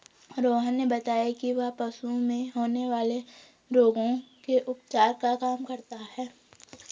रोहन ने बताया कि वह पशुओं में होने वाले रोगों के उपचार का काम करता है